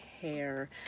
hair